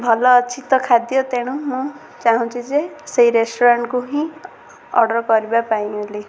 ଭଲ ଅଛି ତ ଖାଦ୍ୟ ତେଣୁ ମୁଁ ଚାହୁଁଛି ଯେ ସେହି ରେଷ୍ଟୁରାଣ୍ଟ୍କୁ ହିଁ ଅର୍ଡ଼ର୍ କରିବା ପାଇଁ ବୋଲି